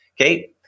Okay